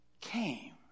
came